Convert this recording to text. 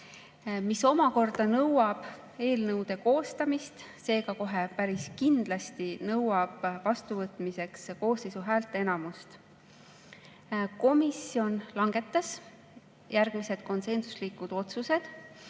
See omakorda nõuab eelnõude koostamist, seega kohe päris kindlasti nõuab vastuvõtmiseks koosseisu häälteenamust. Komisjon langetas järgmised konsensuslikud otsused.